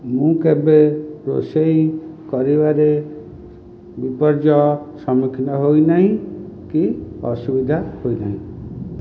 ମୁଁ କେବେ ରୋଷେଇ କରିବାରେ ବିପର୍ଯ୍ୟୟର ସମ୍ମୁଖୀନ ହୋଇନାହିଁ କି ଅସୁବିଧା ହୋଇନାହିଁ